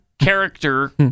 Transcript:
character